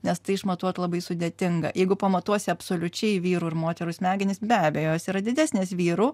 nes tai išmatuot labai sudėtinga jeigu pamatuosi absoliučiai vyrų ir moterų smegenis be abejo jos yra didesnės vyrų